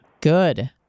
Good